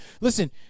Listen